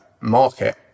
market